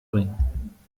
bringen